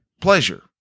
pleasure